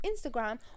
Instagram